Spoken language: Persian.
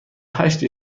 هشت